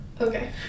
Okay